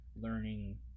learning